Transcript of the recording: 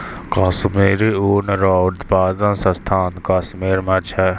कश्मीरी ऊन रो उप्तादन स्थान कश्मीर मे छै